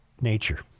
Nature